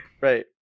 Right